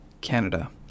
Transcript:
Canada